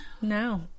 No